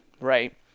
right